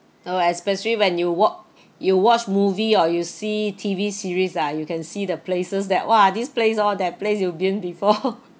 oh especially when you wat~ you watch movie or you see T_V series ah you can see the places that !wah! this place all that place you been before